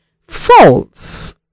false